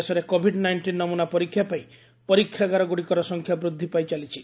ଦେଶରେ Covid nineteen ନମ୍ରନା ପରୀକ୍ଷା ପାଇଁ ପରୀକ୍ଷାଗାରଗ୍ରଡ଼ିକର ସଂଖ୍ୟା ବୃଦ୍ଧି ପାଇଚାଲିଛି